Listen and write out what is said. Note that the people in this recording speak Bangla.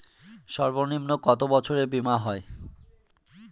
সর্বনিম্ন কত বছরের বীমার হয়?